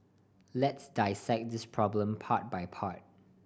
let's dissect this problem part by part